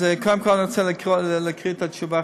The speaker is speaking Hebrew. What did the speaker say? אז קודם כול אני רוצה להקריא את התשובה,